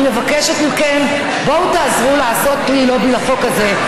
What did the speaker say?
אני מבקשת מכם: בואו תעזרו לי לעשות לובי לחוק הזה,